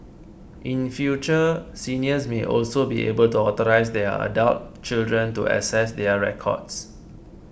in future seniors may also be able to authorise their adult children to access their records